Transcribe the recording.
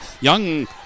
Young